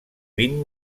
vint